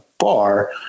bar